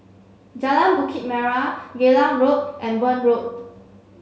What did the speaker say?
Jalan Bukit Merah Geylang Road and Burn Road